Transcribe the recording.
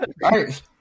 right